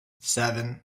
seven